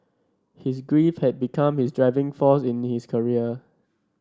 his grief had become his driving force in his career